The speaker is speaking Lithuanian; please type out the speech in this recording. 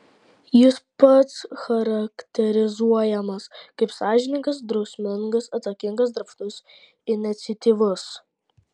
jis pats charakterizuojamas kaip sąžiningas drausmingas atsakingas darbštus iniciatyvus